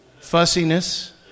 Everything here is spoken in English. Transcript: Fussiness